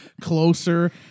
closer